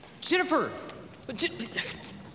Jennifer